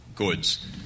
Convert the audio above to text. goods